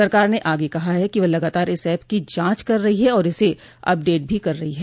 सरकार ने आगे कहा है कि वह लगातार इस ऐप की जांच कर रही है और इसे अपडेट भी कर रही है